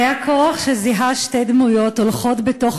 "היה כוח שזיהה שתי דמויות הולכות בתוך